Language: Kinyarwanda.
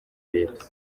leta